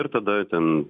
ir tada ten